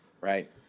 right